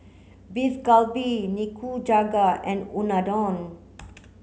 Beef Galbi Nikujaga and Unadon